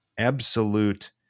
absolute